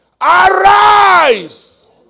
Arise